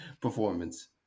performance